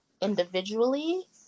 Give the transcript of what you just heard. individually